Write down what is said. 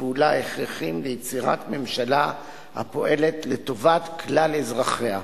פעולה הכרחיות ליצירת ממשלה הפועלת לטובת כלל אזרחיה.